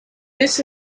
this